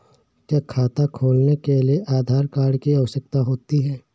क्या खाता खोलने के लिए आधार कार्ड की आवश्यकता होती है?